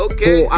Okay